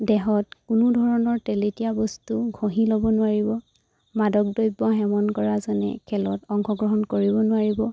দেহত কোনো ধৰণৰ তেলেতীয়া বস্তু ঘঁহি ল'ব নোৱাৰিব মাদক দ্ৰব্য সেৱন কৰাজনে খেলত অংশগ্ৰহণ কৰিব নোৱাৰিব